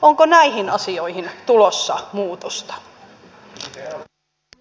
onko näihin asioihin tulossa muutosta